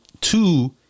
two